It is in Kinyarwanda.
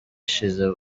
ishize